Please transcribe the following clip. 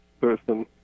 person